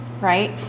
right